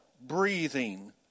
breathing